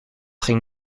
ging